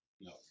no